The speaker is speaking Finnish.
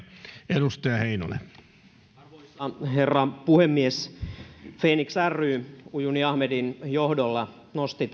arvoisa herra puhemies fenix ry ujuni ahmedin johdolla nosti